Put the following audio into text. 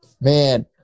man